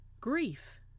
grief